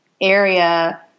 area